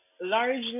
largely